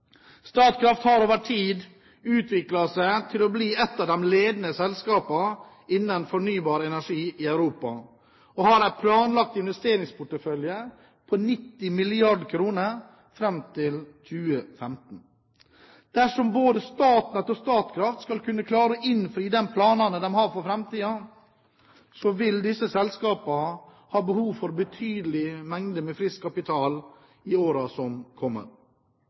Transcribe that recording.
Statkraft har over tid utviklet seg til å bli ett av de ledende selskapene innen fornybar energi i Europa, og har en planlagt investeringsportefølje på 90 mrd. kr fram til 2015. Dersom både Statnett og Statkraft skal klare å innfri de planene de har for framtiden, vil disse selskapene ha behov for betydelige mengder med frisk kapital i årene som kommer.